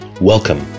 Welcome